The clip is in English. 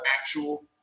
actual